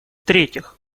третьих